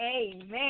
Amen